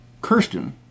Kirsten